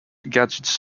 gadgets